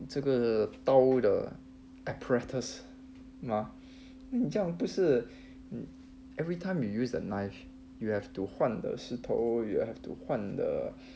这个刀的 apparatus mah 这样不是 everytime you use a knife you have to 换 the 石头 you have to 换